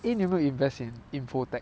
eh 你有没有 invest in InfoTech